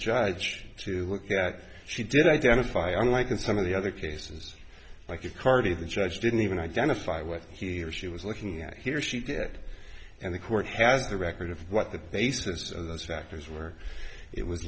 judge to look at that she did identify on like in some of the other cases like you carty the judge didn't even identify what he or she was looking at here she did and the court has the record of what the basis of those factors were it was